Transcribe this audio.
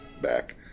back